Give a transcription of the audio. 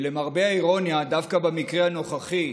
למרבה האירוניה, דווקא במקרה הנוכחי,